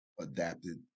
Adapted